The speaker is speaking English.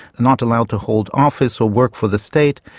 not allowed to hold office or work for the state.